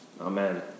Amen